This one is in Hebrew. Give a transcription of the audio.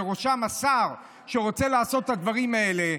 ובראשם השר שרוצה לעשות את הדברים האלה,